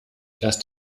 erst